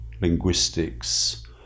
linguistics